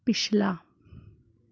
ਪਿਛਲਾ